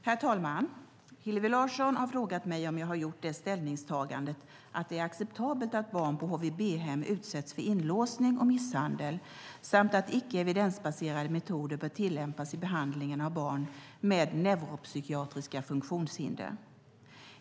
Herr talman! Hillevi Larsson har frågat mig om jag har gjort det ställningstagandet att det är acceptabelt att barn på HVB-hem utsätts för inlåsning och misshandel samt att icke evidensbaserade metoder bör tillämpas i behandlingen av barn med neuropsykiatriska funktionshinder.